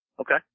Okay